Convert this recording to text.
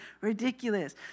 ridiculous